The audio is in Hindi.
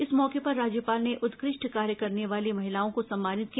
इस मौके पर राज्यपाल ने उत्कृष्ट कार्य करने वाली महिलाओं को सम्मानित किया